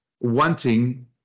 wanting